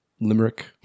Limerick